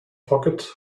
pocket